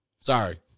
sorry